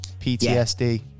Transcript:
PTSD